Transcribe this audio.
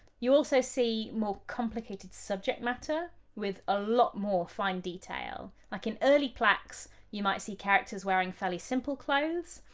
you also see more complicated subject matter with a lot more fine detail. like, in early plaques you might see characters wearing fairly simple clothes,